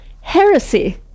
heresy